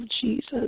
Jesus